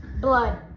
Blood